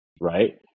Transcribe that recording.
right